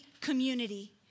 community